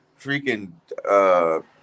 Freaking –